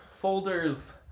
Folders